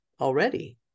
already